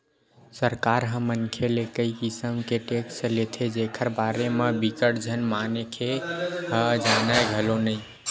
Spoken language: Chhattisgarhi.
सरकार ह मनखे ले कई किसम ले टेक्स लेथे जेखर बारे म बिकट झन मनखे ह जानय घलो नइ